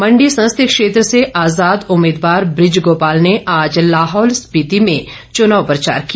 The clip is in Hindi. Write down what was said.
मंडी संसदीय क्षेत्र से आजाद उम्मीदवार बृज गोपाल ने आज लाहौल स्पीति में चुनाव प्रचार किया